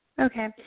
Okay